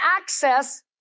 access